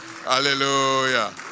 Hallelujah